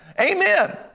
Amen